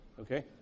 okay